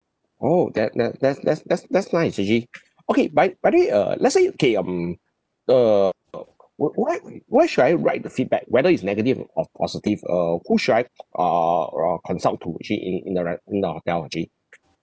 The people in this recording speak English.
oh that that that's that's that's that's nice actually okay but but I think uh let's say okay um err uh w~ where where should I write the feedback whether it's negative or positive uh who should I err around consult to actually in in the right in the hotel actually